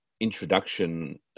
introduction